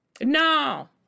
No